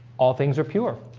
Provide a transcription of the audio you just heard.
all things are pure